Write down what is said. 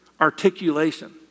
articulation